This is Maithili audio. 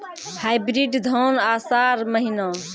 हाइब्रिड धान आषाढ़ महीना?